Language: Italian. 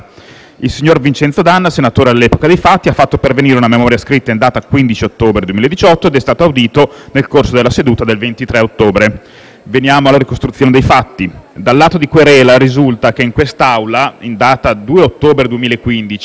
Il signor Vincenzo D'Anna, senatore all'epoca dei fatti, ha fatto pervenire una memoria scritta in data 15 ottobre 2018 ed è stato audito nel corso della seduta del 23 ottobre. Veniamo alla ricostruzione dei fatti. Dal lato di querela, risulta che in quest'Aula, in data 2 ottobre 2015,